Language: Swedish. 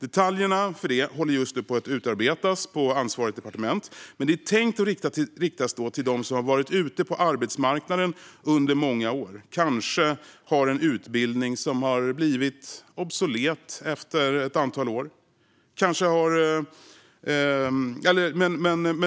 Detaljerna håller just nu på att utarbetas på ansvarigt departement, men stödet är tänkt att riktas till dem som har varit ute på arbetsmarknaden under många år, kanske med en utbildning som har blivit obsolet efter ett antal år.